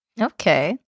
Okay